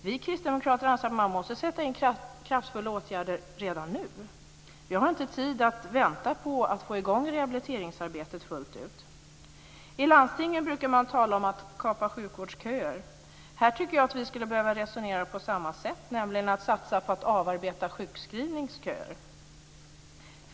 Vi kristdemokrater anser att man måste sätta in kraftfulla åtgärder redan nu. Vi har inte tid att vänta på att få i gång rehabiliteringsarbetet fullt ut. I landstingen brukar man tala om att kapa sjukvårdsköer. Här tycker jag att vi skulle behöva resonera på samma sätt, nämligen satsa på att arbeta av sjukskrivningsköer.